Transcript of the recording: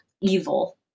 evil